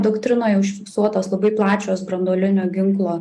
doktrinoj užfiksuotos labai plačios branduolinio ginklo